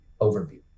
overview